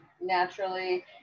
naturally